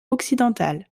occidentales